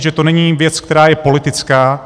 Že to není věc, která je politická.